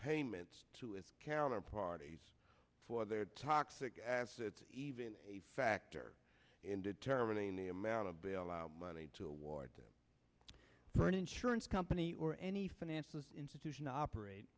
payments to its counter parties for their toxic assets even a factor in determining the amount of bailout money to award for an insurance company or any financial institution operate